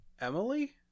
Emily